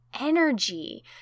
energy